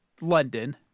London